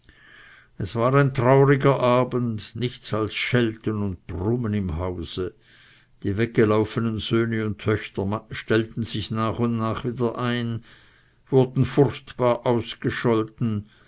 es war ein trauriger abend nichts als schelten und brummen im hause die weggelaufenen söhne und töchter stellten sich nach und nach wieder ein wurden furchtbar ausgescholten